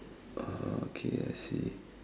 okay I see